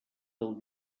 del